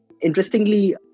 Interestingly